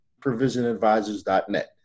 provisionadvisors.net